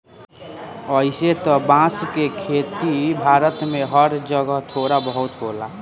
अइसे त बांस के खेती भारत में हर जगह थोड़ा बहुत होखेला